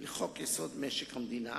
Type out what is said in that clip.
לחוק-יסוד: משק המדינה